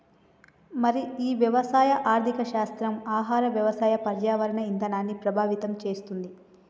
మరి ఈ వ్యవసాయ ఆర్థిక శాస్త్రం ఆహార వ్యవసాయ పర్యావరణ ఇధానాన్ని ప్రభావితం చేతుంది